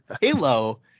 Halo